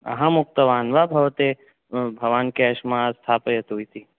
अहम् उक्तवान् वा भवते भवान् केश् मा स्थापयतु इति